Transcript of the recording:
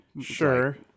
sure